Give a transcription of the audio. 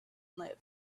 lived